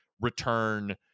return